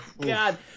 God